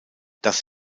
dass